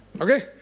okay